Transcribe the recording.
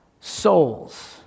souls